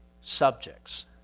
subjects